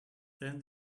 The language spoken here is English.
then